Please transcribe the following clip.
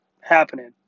happening